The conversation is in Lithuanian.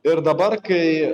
ir dabar kai